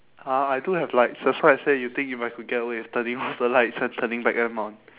ah I do have lights that's why I say you think if I could get away with turning off the lights and turning back them on